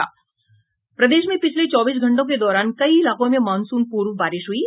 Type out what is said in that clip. प्रदेश में पिछले चौबीस घंटों के दौरान कई इलाकों में मॉनसून पूर्व बारिश हुई है